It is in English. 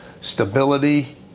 stability